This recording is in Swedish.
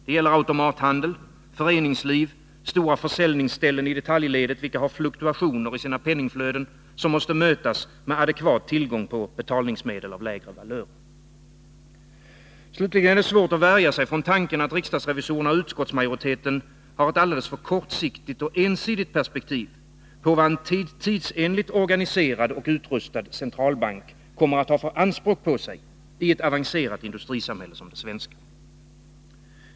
Det gäller bl.a. automathandel, föreningsliv och stora försäljningsställen i detaljledet, vilka har fluktuationer i sina penningflöden som måste mötas med adekvat tillgång på betalningsmedel av lägre valörer. Slutligen är det svårt att värja sig från tanken att riksdagsrevisorerna och riksdagsmajoriteten har ett alldeles för kortsiktigt och ensidigt perspektiv på vilka anspråk en tidsenligt organiserad och utrustad centralbank kommer att möta i ett avancerat industrisamhälle som det svenska.